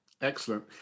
excellent